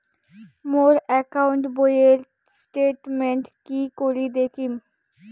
মোর account বইয়ের statement কি করি দেখিম?